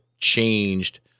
changed